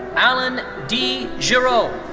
alan d. girault.